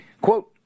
quote